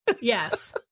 yes